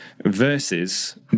versus